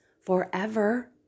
forever